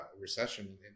recession